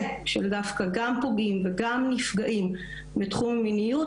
של דווקא גם פוגעים וגם נפגעים בתחום המיניות,